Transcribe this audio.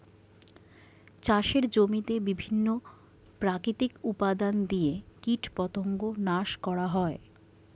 চাষের জমিতে বিভিন্ন প্রাকৃতিক উপাদান দিয়ে কীটপতঙ্গ নাশ করা হয়